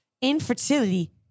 Infertility